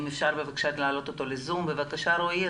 אם אפשר להעלותו לזום בבקשה אדוני.